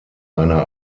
einer